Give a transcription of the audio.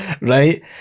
right